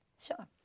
Sure